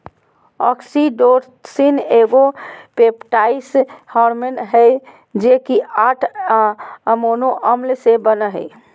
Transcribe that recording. oxytocin एगो peptide hormone हइ जे कि आठ अमोनो अम्ल से बनो हइ